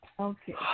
Okay